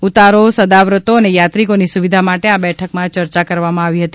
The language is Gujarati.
ઉતારો સદાવ્રતો અને યાત્રિકોની સુવિધા માટે આ બેઠક માં ચર્ચા કરવામાં આવી હતી